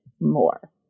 more